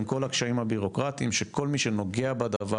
עם כל הקשיים הבירוקרטיים של כל מי שנוגע בדבר,